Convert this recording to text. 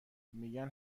میگن